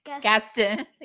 Gaston